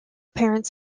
parents